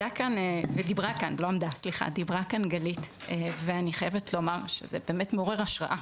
דיברה כאן גלית ואני חייבת לומר שזה באמת מעורר השראה,